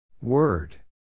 Word